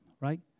right